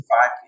five